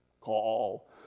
Call